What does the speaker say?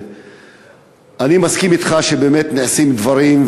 אני מסכים אתך שבאמת נעשים דברים,